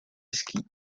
ski